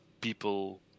people